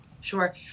Sure